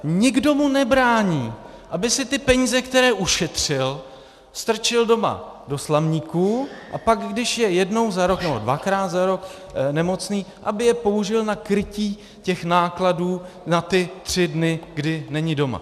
Nikdo mu nebrání, aby si ty peníze, které ušetřil, strčil doma do slamníku, a pak když je jednou na rok nebo dvakrát za rok nemocný, aby je použil na krytí nákladů na ty tři dny, kdy není doma.